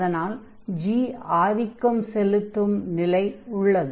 அதனால் g ஆதிக்கம் செலுத்தும் நிலை உள்ளது